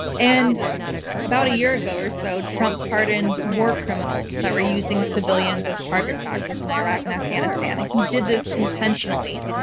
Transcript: and about a year ago or so, trump pardoned war criminals that were using civilians as target practice in iraq and afghanistan. he did this intentionally,